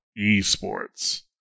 eSports